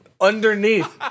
Underneath